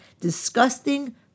disgusting